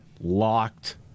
locked